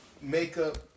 makeup